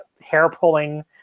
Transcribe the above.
hair-pulling